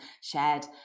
shared